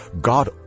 God